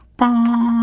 bom